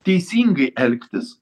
teisingai elgtis